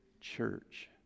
church